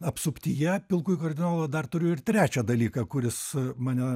apsuptyje pilkųjų kardinolų dar turiu ir trečią dalyką kuris mane